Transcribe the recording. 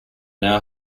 now